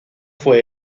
fue